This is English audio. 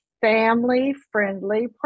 family-friendly